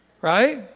right